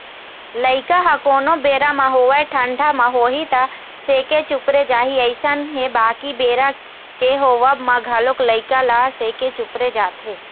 लइका ह कोनो बेरा म होवय ठंडा म होही त सेके चुपरे जाही अइसन नइ हे बाकी बेरा के होवब म घलोक लइका ल सेके चुपरे जाथे